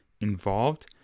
involved